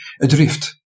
adrift